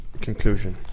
conclusion